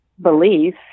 belief